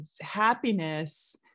happiness